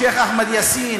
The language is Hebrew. עם שיח' אחמד יאסין,